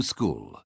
School